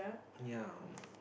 ya